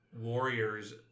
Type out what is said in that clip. warriors